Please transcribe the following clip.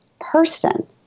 person